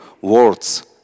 words